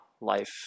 life